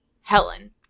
Helen